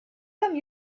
come